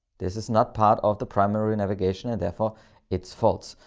this is not part of the primary navigation and therefore it's false.